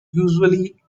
usually